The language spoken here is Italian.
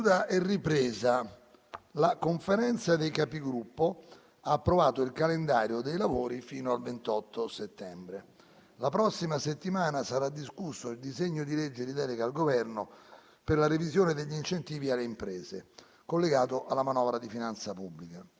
La Conferenza dei Capigruppo ha approvato il calendario dei lavori fino al 28 settembre. La prossima settimana sarà discusso il disegno di legge di delega al Governo per la revisione degli incentivi alle imprese, collegato alla manovra di finanza pubblica.